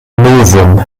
novum